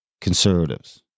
conservatives